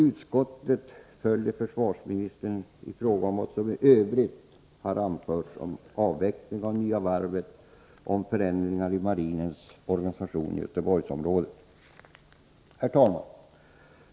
Utskottet följer försvarsministern i fråga om vad som i övrigt har anförts om avveckling av Nya varvet och om förändringar i marinens organisation i Göteborgsområdet.